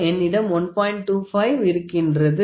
25 இருக்கின்றது